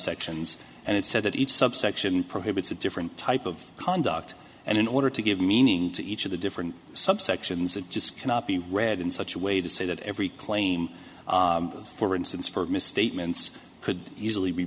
subsections and it said that each subsection prohibits a different type of conduct and in order to give meaning to each of the different subsections it just cannot be read in such a way to say that every claim for instance for misstatements could easily be